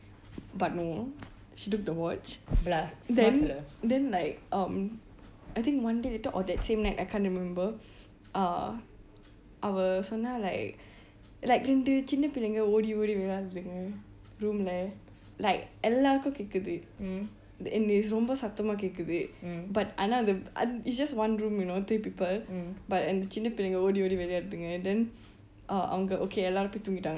but no she took the watch then then like um I think one day later or that same night I can't remember uh அவள் சொன்னாள்:avaal chonaal like like இரண்டு சின்ன பிள்ளைங்கள் ஓடி ஓடி விளையாடிருந்தனர்:irantu chinna pillaikal oti oti vilaiyaatiruthana room இல்ல:illa like எல்லாருக்கும் கேட்குது:ellarukum ketkuttu and it's ரோம்ப சத்தமா கேட்குது:romba chattamaaka ketkutthu but ஆனால் அது:aanaal atu is just one room you know three people but சின்ன பிள்ளைங்கள் ஓடி ஓடி விளையாடுதுங்க:chinna pillaigal oti oti vilvilaiyaatuthunga then அவர்கள் எல்லாரும் தூங்கிட்டார்கள்: avarkal ellaarum toonkitangal